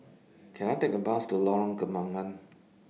Can I Take A Bus to Lorong Kembagan